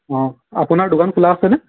অ' আপোনাৰ দোকান খোলা আছেনে